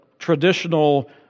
traditional